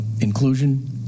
inclusion